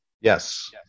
Yes